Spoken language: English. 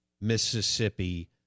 Mississippi